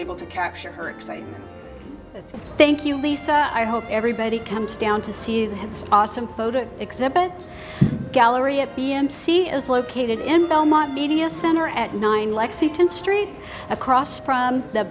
able to capture her excitement and thank you lisa i hope everybody comes down to see that it's awesome photo exhibit gallery of p m c is located in belmont media center at nine lexington street across from the